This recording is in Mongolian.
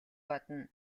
бодно